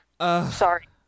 sorry